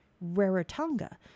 Rarotonga